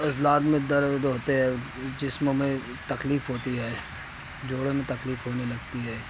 عضلات میں درد ہوتے ہیں جسم میں تکلیف ہوتی ہے جوڑوں میں تکلیف ہونے لگتی ہے